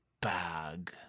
bag